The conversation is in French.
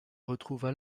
retrouva